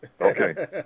Okay